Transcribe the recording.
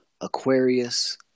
Aquarius